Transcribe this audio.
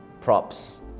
props